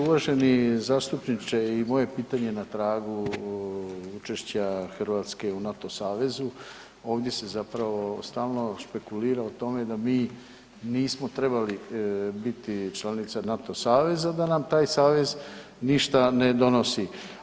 Uvaženi zastupniče i moje je pitanje na tragu učešća Hrvatske u NATO savezu, ovdje se stalno špekulira o tome da mi nismo trebali biti članica NATO saveza da nam taj savez ništa ne donosi.